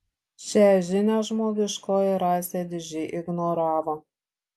šią žinią žmogiškoji rasė didžiai ignoravo